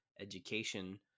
education